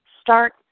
start